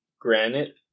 Granite